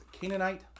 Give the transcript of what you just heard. Canaanite